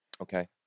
okay